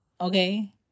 Okay